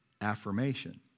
affirmation